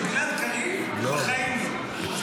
לגלעד קריב, בחיים לא.